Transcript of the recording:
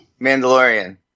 Mandalorian